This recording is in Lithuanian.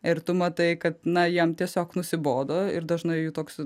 ir tu matai kad na jiem tiesiog nusibodo ir dažnai toks